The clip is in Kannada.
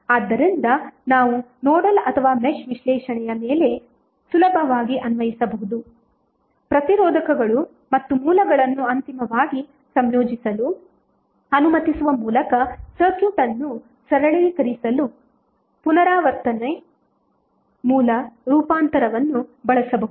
ಆದ್ದರಿಂದ ನಾವು ನೋಡಲ್ ಅಥವಾ ಮೆಶ್ ವಿಶ್ಲೇಷಣೆಯ ಮೇಲೆ ಸುಲಭವಾಗಿ ಅನ್ವಯಿಸಬಹುದು ಪ್ರತಿರೋಧಕಗಳು ಮತ್ತು ಮೂಲಗಳನ್ನು ಅಂತಿಮವಾಗಿ ಸಂಯೋಜಿಸಲು ಅನುಮತಿಸುವ ಮೂಲಕ ಸರ್ಕ್ಯೂಟ್ ಅನ್ನು ಸರಳೀಕರಿಸಲು ಪುನರಾವರ್ತಿತ ಮೂಲ ರೂಪಾಂತರವನ್ನು ಬಳಸಬಹುದು